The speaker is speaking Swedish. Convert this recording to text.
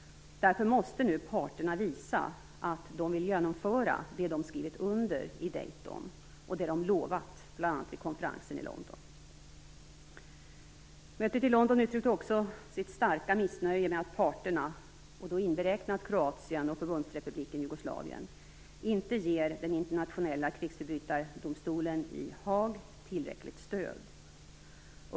Därför måste parterna nu visa att de vill genomföra det de skrivit under i Dayton och det de lovat bl.a. vid konferensen i London. Mötet i London uttryckte också sitt starka missnöje med att parterna, då inberäknat Kroatien och Förbundsrepubliken Jugoslavien, inte ger den internationella krigsförbrytardomstolen i Haag tillräckligt stöd.